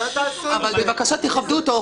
אבל, בבקשה, תכבדו אותו.